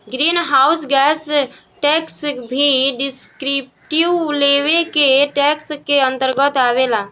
green house gas tax भी descriptive level के tax के अंतर्गत आवेला